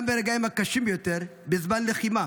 גם ברגעים הקשים ביותר, בזמן לחימה,